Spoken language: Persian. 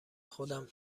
خودم